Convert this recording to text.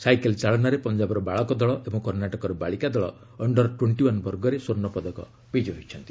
cycle ଚାଳନାରେ ପଞ୍ଜାବର ବାଳକ ଦଳ ଏବଂ କର୍ଷ୍ଣାଟକର ବାଳିକା ଦଳ ଅଣ୍ଡର ଟୋଷ୍ଟିୱାନ୍ ବର୍ଗରେ ସ୍ୱର୍ଷ୍ଣ ପଦକ ବିଜୟୀ ହୋଇଛନ୍ତି